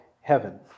heaven